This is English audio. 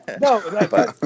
No